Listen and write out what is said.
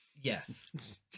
Yes